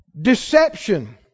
Deception